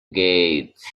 gates